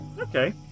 Okay